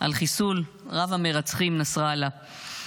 על חיסול רב-המרצחים נסראללה.